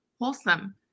wholesome